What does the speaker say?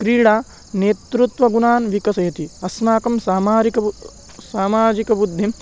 क्रीडा नेतृत्वगुणान् विकसयति अस्माकं सामाजिक सामाजिकबुद्धिम्